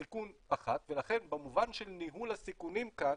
הסיכון פחת, ולכן במובן של ניהול הסיכונים כאן